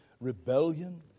rebellion